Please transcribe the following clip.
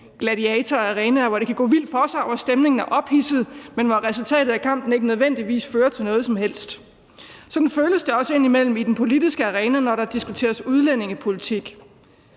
gladiatorer og arenaer, hvor det kan gå vildt for sig, og hvor stemningen er ophidset, men hvor resultatet af kampen ikke nødvendigvis fører til noget som helst. Sådan føles det også indimellem i den politiske arena, når der diskuteres udlændingepolitik.